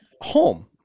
home